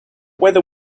whether